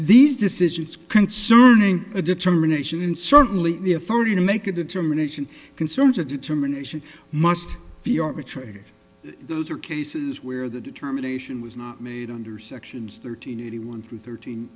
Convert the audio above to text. these decisions concerning a determination in certainly the authority to make a determination concerns a determination must be arbitrated those are cases where the determination was not made under sections thirteen eighty one and thirteen